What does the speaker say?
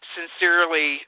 sincerely